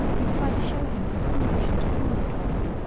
and try to show him how foolish and cruel it was.